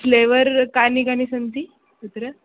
flavour कानि कानि सन्ति तत्र